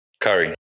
curry